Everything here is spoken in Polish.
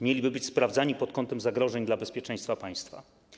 Mieliby być sprawdzani pod kątem zagrożeń dla bezpieczeństwa państwa.